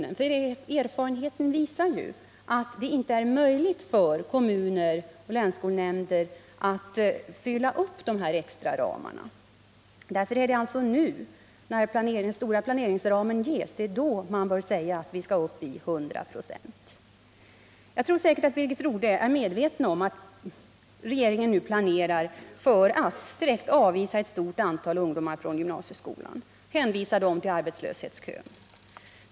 Erfarenheterna visar att det inte är möjligt för kommuner och länsskolnämnder att fylla upp de här extraramarna. Därför är det nu, när planeringsramen ges, som man bör föreslå och besluta att vi skall upp i 100 96. Birgit Rodhe är säkert medveten om att regeringen nu planerar för att direkt avvisa ett stort antal ungdomar från gymnasieskolan och hänvisa dem till arbetslöshetskön.